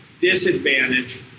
disadvantage